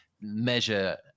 measure